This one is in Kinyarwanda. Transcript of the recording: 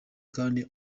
kandi